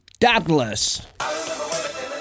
Dadless